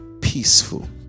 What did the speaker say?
peaceful